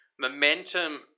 Momentum